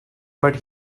but